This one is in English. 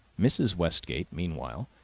mrs. westgate meanwhile,